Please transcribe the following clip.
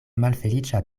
malfeliĉa